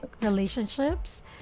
relationships